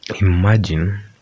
imagine